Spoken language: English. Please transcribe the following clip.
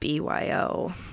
BYO